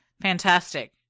fantastic